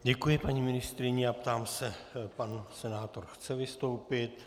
Děkuji paní ministryni a ptám se pan senátor chce vystoupit?